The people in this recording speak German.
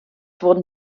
wurden